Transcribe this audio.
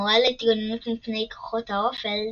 המורה להתגוננות מפני כוחות האופל,